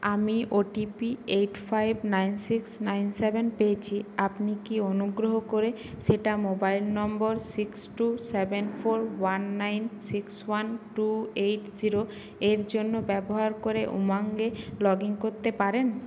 আমি OTP eight five nine six nine seven পেয়েছি আপনি কি অনুগ্রহ করে সেটা mobile number six two seven four one nine six one two eight জিরোয়ের জন্য ব্যবহার করে উমাঙ্গে লগ ইন করতে পারেন